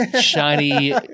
shiny